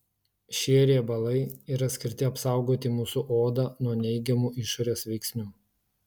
šie riebalai yra skirti apsaugoti mūsų odą nuo neigiamų išorės veiksnių